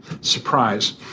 surprise